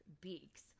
beaks